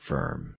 Firm